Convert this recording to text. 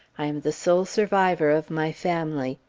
i am the sole survivor of my family.